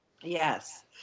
Yes